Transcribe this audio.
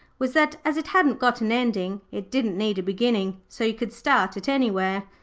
was that as it hadn't got an ending it didn't need a beginning, so you could start it anywhere.